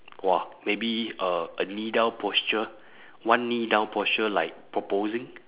!wah! maybe uh a knee down posture one knee down posture like proposing